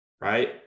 right